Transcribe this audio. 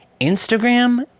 Instagram